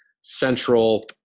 central